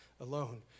alone